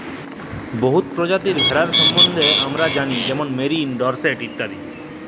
বহুত পরজাতির ভেড়ার সম্বল্ধে আমরা জালি যেমল মেরিল, ডরসেট ইত্যাদি